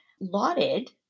lauded